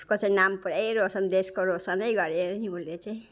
उसको चाहिँ नाम पुरै रोसन देशको रोसनै गरे अरे नि उनले चाहिँ